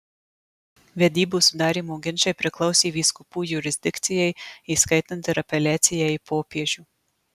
vedybų sudarymo ginčai priklausė vyskupų jurisdikcijai įskaitant ir apeliaciją į popiežių